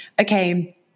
okay